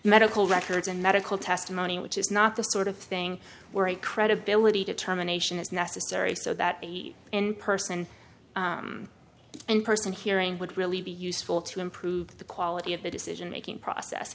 medical records and medical testimony which is not the sort of thing where a credibility determination is necessary so that in person and person hearing would really be useful to improve the quality of the decision making process